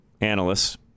analysts